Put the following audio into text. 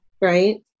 right